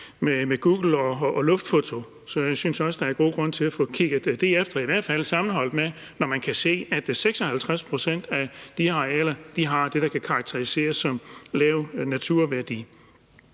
og kigge på luftfotos. Så jeg synes også, der er god grund til at få kigget det efter, i hvert fald når man sammenholder det med, at man kan se, at 56 pct. af de her arealer har det, der kan karakteriseres som lav naturværdi.